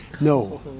No